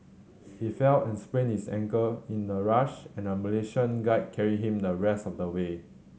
he fell and sprained his ankle in the rush and a Malaysian guide carried him the rest of the way